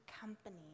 company